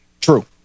true